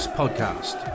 podcast